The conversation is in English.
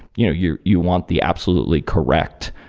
you know you you want the absolutely correct,